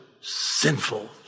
Sinful